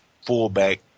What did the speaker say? fullback